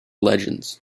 legends